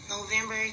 November